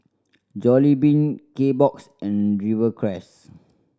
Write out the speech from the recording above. Jollibean Kbox and Rivercrest